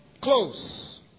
close